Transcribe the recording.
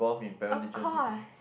of course